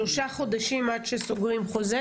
שלושה חודשים עד שסוגרים חוזה,